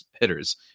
hitters